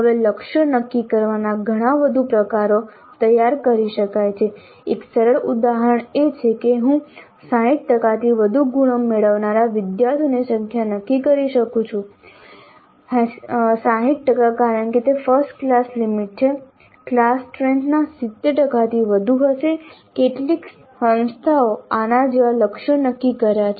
હવે લક્ષ્યો નક્કી કરવાના ઘણા વધુ પ્રકારો તૈયાર કરી શકાય છે એક સરળ ઉદાહરણ એ છે કે હું 60 ટકાથી વધુ ગુણ મેળવનારા વિદ્યાર્થીઓની સંખ્યા નક્કી કરી શકું છું 60 ટકા કારણ કે તે ફર્સ્ટ ક્લાસ લિમિટ છે ક્લાસ સ્ટ્રેન્થના 70 ટકાથી વધુ હશે કેટલીક સંસ્થાઓએ આના જેવા લક્ષ્યો નક્કી કર્યા છે